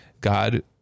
God